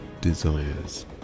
desires